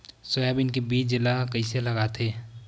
Soybean के बीज ल कइसे लगाथे?